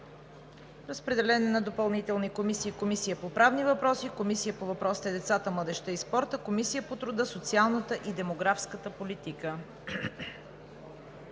ред; на допълнителни комисии: Комисия по правни въпроси и Комисия по въпросите на децата, младежта и спорта, Комисия по труда, социалната и демографската политика.